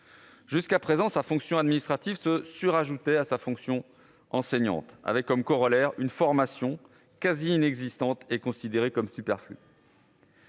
Jusqu'à présent, sa fonction administrative se surajoutait à sa fonction d'enseignement, avec une formation quasi inexistante et considérée comme superflue.